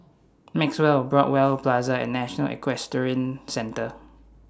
Maxwell Broadway Plaza and National Equestrian Centre